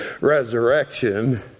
resurrection